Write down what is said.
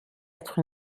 être